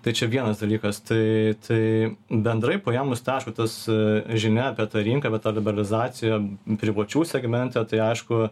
tačiau vienas dalykas tai tai bendrai paėmus tai aišku tas žinia apie tą rinką apie tą liberalizaciją privačių segmente tai aišku